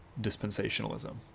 dispensationalism